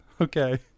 okay